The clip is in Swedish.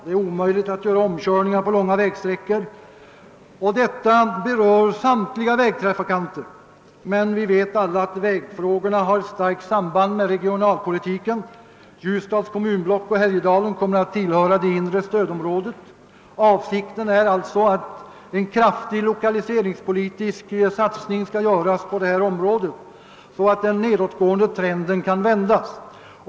Det är på långa vägsträckor omöjligt att göra omkörningar. Detta berör samtliga vägtrafikanter, men vi vet alla att vägfrågorna också har ett starkt samband med regionalpolitiken. Ljusdals kommunblock och Härjedalen kommer att tillhöra det inre stödområdet. Avsikten är alltså att en kraftig lokaliseringspolitisk satsning skall göras på detta område, så att den nedåtgående trenden kan vändas.